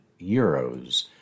euros